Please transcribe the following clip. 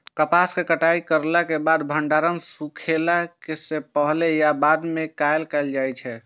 कपास के कटाई करला के बाद भंडारण सुखेला के पहले या बाद में कायल जाय छै?